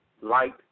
light